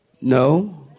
No